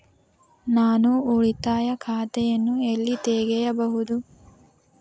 ನಾನು ಉಳಿತಾಯ ಖಾತೆಯನ್ನು ಎಲ್ಲಿ ತೆರೆಯಬಹುದು?